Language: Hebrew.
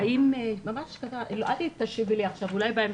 אל תשיבי לי עכשיו אלא אולי בהמשך.